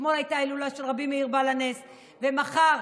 אתמול הייתה הילולה של רבי מאיר בעל הנס ומחר